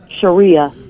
Sharia